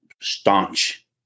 staunch